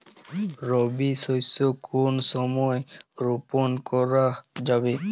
রবি শস্য কোন সময় রোপন করা যাবে?